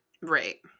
Right